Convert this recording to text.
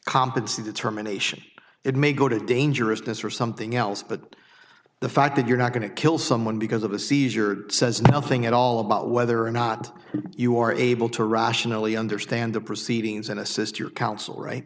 competency determination it may go to dangerousness or something else but the fact that you're not going to kill someone because of a seizure says nothing at all about whether or not you are able to rationally understand the proceedings and assist your counsel right